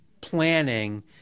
planning